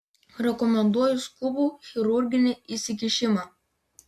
rekomenduoju skubų chirurginį įsikišimą